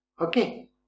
okay